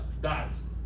dies